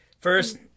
First